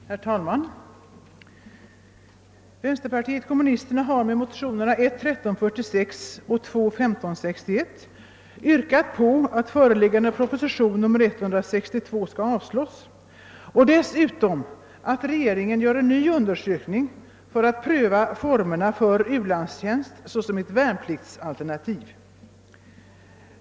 Herr talman! Vänsterpartiet kommunisterna har med motionerna I:1346 och II: 1561 yrkat att föreliggande proposition nr 162 skall avslås och dess utom att regeringen gör en ny undersökning för att pröva formerna för ulandstjänst som ett värnpliktsalternativ.